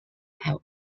have